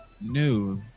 new